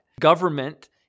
Government